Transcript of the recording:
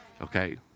Okay